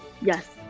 Yes